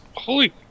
Holy